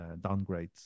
downgrades